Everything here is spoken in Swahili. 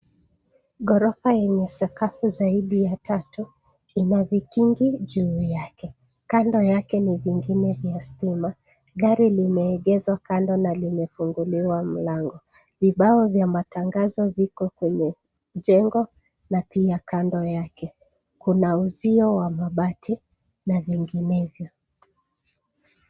Ghorofa yenye sakafu zaidi ya tatu ina vikingi juu yake kando yake ni vingine vya stima. Gari limeegezwa kando na limefunguliwa mlango. Vibao vya matangazo viko kwenye jengo na pia kando yake. Kuna uzio wa mabati na vinginevyo.